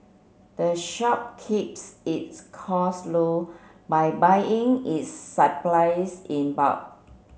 the shop keeps its cost low by buying its supplies in bulk